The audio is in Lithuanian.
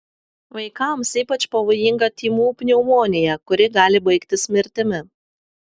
vaikams ypač pavojinga tymų pneumonija kuri gali baigtis mirtimi